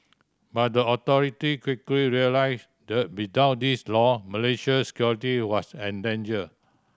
but the authority quickly realised that without this law Malaysia's security was endangered